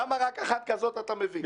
למה רק אחת כזאת אתה מביא?